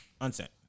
unsent